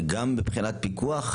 גם מבחינת פיקוח,